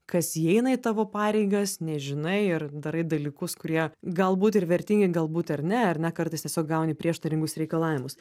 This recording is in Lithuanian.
kas įeina į tavo pareigas nežinai ir darai dalykus kurie galbūt ir vertingi galbūt ir ne ar ne kartais tiesiog gauni prieštaringus reikalavimus